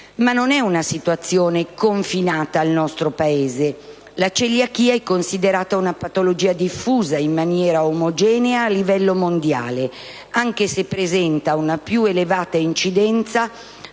Ma non è una situazione confinata al nostro Paese. La celiachia è considerata una patologia diffusa in maniera omogenea a livello mondiale, anche se presenta una più elevata incidenza